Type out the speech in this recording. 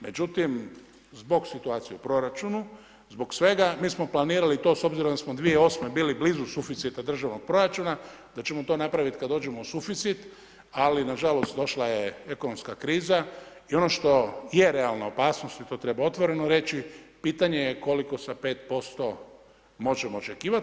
Međutim, zbog situacije u proračunu, zbog svega, mi smo planirali s obzirom da smo 2008. bili blizu suficita državnog proračuna, da ćemo to napraviti kad dođemo u suficit, ali nažalost došla je ekonomska kriza i ono što je realna opasnost i to treba otvoreno reći, pitanje je koliko sa 5% možemo očekivati.